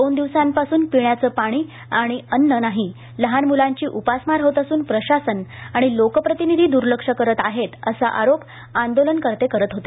दोन दिवसापासून पिण्याचे पाणी ाणि अन्न नाही लहान मूलांची उपासमार होत असून प्रशासन ाणि लोकप्रतिनिधी दुर्लक्ष करत ा हेत असा ाा रोप ा दोलनकर्ते करीत होते